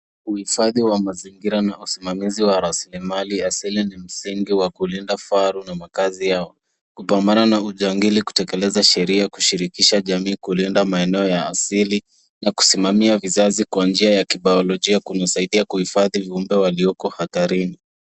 Uhifadhi wa mazingira na usimamizi wa rasilimali asili ni msingi wa kulinda vifaru na makaazi yao, kupambana na ujangili, kutekeleza sheria, kushirikisha jamii, kulinda maeneo ya asili na kusimamia vizazi kwa njia ya kibayolojia, kusaidia kuhifadhi viumbe walioko hatarini.